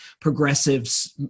progressives